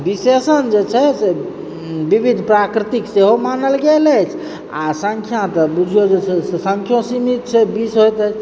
विशेषण जे छै से विविध प्राकृतिक सेहो मानल गेल अछि आ सङ्ख्या तऽ बुझियौ जे सङ्ख्यो सीमित छै बीस हेतै